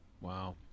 Wow